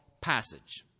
passage